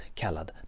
kallad